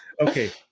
Okay